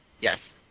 yes